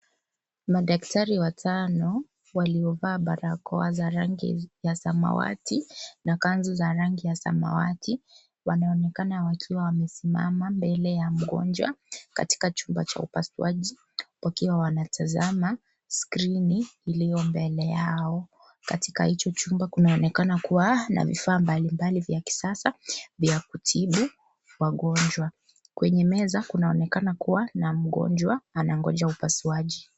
Madaktari watano waliovaa barakoa za rangi ya samawati na kanzu za rangi ya samawati wanaonekana wakiwa wamesimama mbele ya mgonjwa katika chumba cha upasuaji wakiwa wanatazama skrini iliyo mbele yao. Katika hicho chumba kunaonekana kuwa na vifaa mbalimbali vya kisasa vya kutibu wagonjwa. Kwenye meza kunaonekana kuwa na mgonjwa anangoja upasuaji.